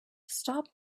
stop